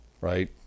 right